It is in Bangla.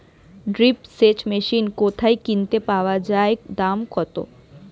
ড্রিপ সেচ মেশিন কোথায় কিনতে পাওয়া যায় দাম কত?